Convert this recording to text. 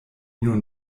nun